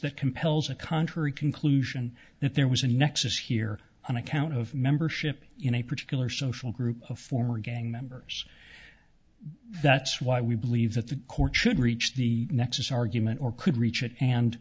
that compels a contrary conclusion that there was a nexus here on account of membership in a particular social group of former gang members that's why we believe that the court should reach the next argument or could reach it and